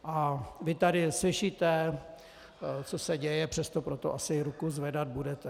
A vy tady slyšíte, co se děje, přesto pro to asi ruku zvedat budete.